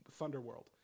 Thunderworld